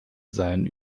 sein